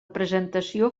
presentació